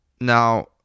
now